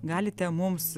galite mums